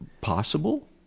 possible